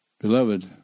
Beloved